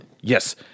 Yes